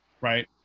right